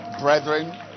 brethren